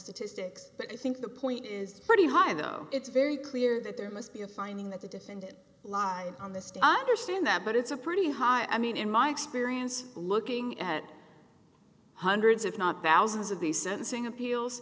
statistics but i think the point is pretty high though it's very clear that there must be a finding that the defendant lied on this to understand that but it's a pretty high i mean in my experience looking at hundreds if not thousands of the sentencing appeals